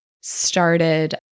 started